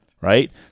Right